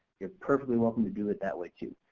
you're perfectly welcome to do it that way too.